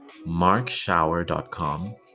MarkShower.com